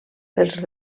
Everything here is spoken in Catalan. pels